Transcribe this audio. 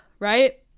Right